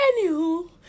Anywho